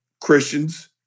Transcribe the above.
Christians